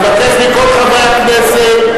אני מבקש מכל חברי הכנסת,